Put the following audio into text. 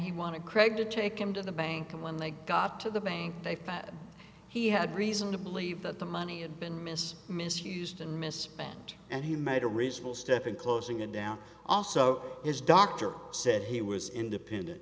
craig to take him to the bank and when they got to the bank they found he had reason to believe that the money had been mis misused and misspent and he made a reasonable step in closing it down also his doctor said he was independent